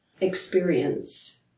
experience